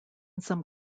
some